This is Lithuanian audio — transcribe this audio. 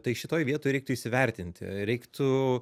tai šitoj vietoj reiktų įsivertinti reiktų